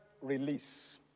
release